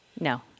No